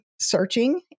searching